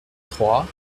trois